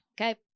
Okay